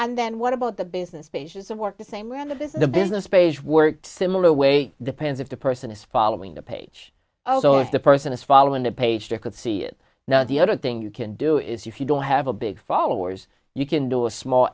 and then what about the business pages of work the same whether this is the business page worked similar way depends if the person is following the page although if the person is following the page they could see it now the other thing you can do is if you don't have a big followers you can do a small